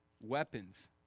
weapons